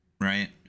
right